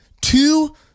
two